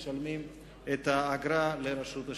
משלמים את האגרה לרשות השידור.